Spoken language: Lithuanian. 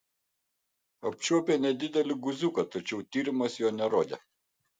apčiuopė nedidelį guziuką tačiau tyrimas jo nerodė